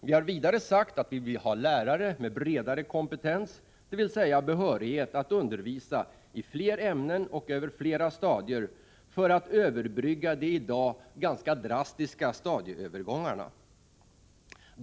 Vi har vidare sagt att vi vill ha lärare med en bredare kompetens, dvs. behörighet att undervisa i fler ämnen och över flera stadier för att överbrygga de i dag ganska drastiska stadieövergångarna.